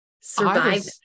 survive